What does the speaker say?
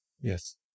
Yes